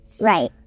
Right